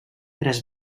tres